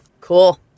Cool